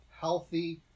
healthy